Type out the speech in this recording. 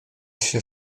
się